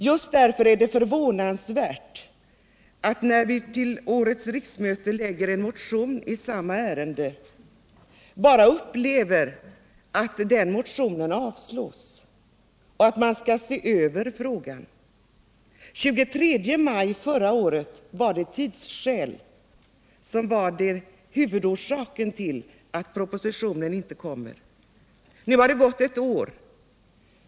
Just därför är det förvånansvärt att när vi till årets riksmöte framlägger en motion i samma ärende så får vi bara uppleva att den avslås och att man skall se Över frågan. Den 23 maj förra året var det tidsskäl som var huvudorsak till att propositionen inte kom. Nu har det gått ett år.